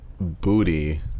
booty